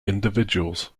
individuals